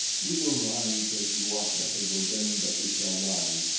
we will rise as luata has ordained that we shall rise,